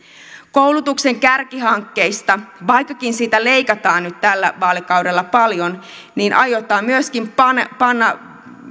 koulutuksen kärkihankkeista vaikkakin siitä leikataan nyt tällä vaalikaudella paljon niin aiotaan myöskin panna panna